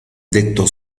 detto